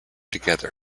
together